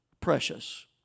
precious